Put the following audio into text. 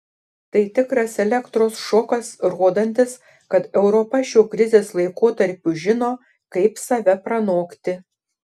tai tikras elektros šokas rodantis kad europa šiuo krizės laikotarpiu žino kaip save pranokti